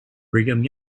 brigham